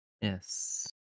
Yes